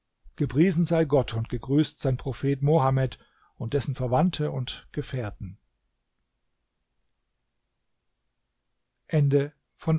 gepriesen sei gott und gegrüßt sein prophet mohammed und dessen verwandte und gefährten